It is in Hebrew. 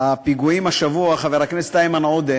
הפיגועים השבוע, חבר הכנסת איימן עודה,